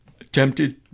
attempted